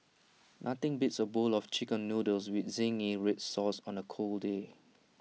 nothing beats A bowl of Chicken Noodles with Zingy Red Sauce on A cold day